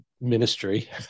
ministry